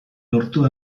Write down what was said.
lortu